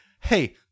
Hey